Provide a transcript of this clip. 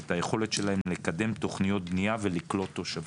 ואת היכולת שלהם לקדם תוכניות בנייה ולקלוט תושבים.